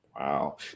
Wow